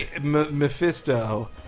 Mephisto